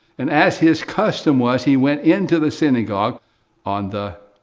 and as his custom was, he went into the synagogue on the